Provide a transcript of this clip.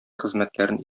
хезмәтләрен